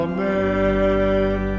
Amen